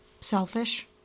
selfish